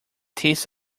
taste